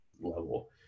level